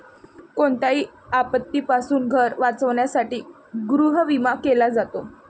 कोणत्याही आपत्तीपासून घर वाचवण्यासाठी गृहविमा केला जातो